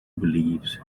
believes